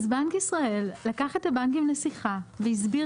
אז בנק ישראל לקח את הבנקים לשיחה והסביר